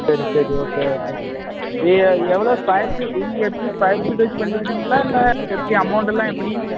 சரி சரி okay okay எவ்வளோ ஸ்கொயர் பீட் நீங்கள் எப்படி ஸ்கொயர்ர் பீட் வெச்சு பண்ணி கொடுப்பிங்களா இல்லை எப்பிடி அமவுண்ட்டுலாம் எப்படி